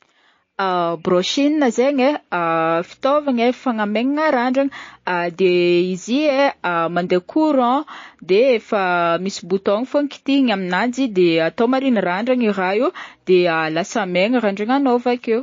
Brushing zegny ai fitaovagna ai fagnamainina randrana de izy i ai mandeha courant de efa misy bouton fogna kitihigna aminanjy de atao mariny randrana i raha io de lasa maigna randrananao avakeo?